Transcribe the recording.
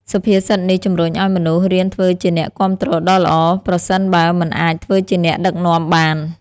សុភាសិតនេះជំរុញឱ្យមនុស្សរៀនធ្វើជាអ្នកគាំទ្រដ៏ល្អ ប្រសិនបើមិនអាចធ្វើជាអ្នកដឹកនាំបាន។